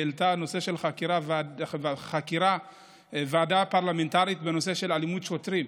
שהעלתה נושא של ועדה פרלמנטרית בנושא של אלימות שוטרים.